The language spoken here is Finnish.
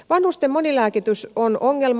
vanhusten monilääkitys on ongelma